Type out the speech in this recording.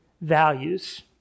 values